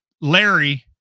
Larry